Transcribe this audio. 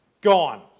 gone